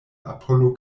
apollo